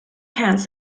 hands